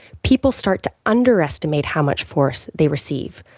people start to underestimate how much force they receive.